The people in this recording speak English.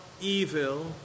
evil